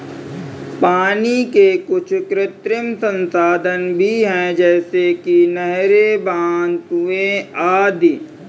पानी के कुछ कृत्रिम संसाधन भी हैं जैसे कि नहरें, बांध, कुएं आदि